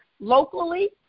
locally